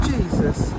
Jesus